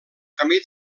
camí